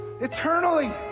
eternally